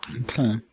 Okay